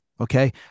Okay